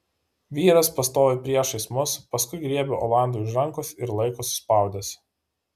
vyras pastovi priešais mus paskui griebia olandui už rankos ir laiko suspaudęs